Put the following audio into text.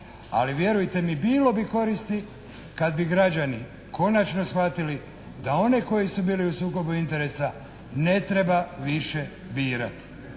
Ali vjerujte mi bilo bi koristi kad bi građani konačno shvatili da one koji su bili u sukobu interesa ne treba više birati.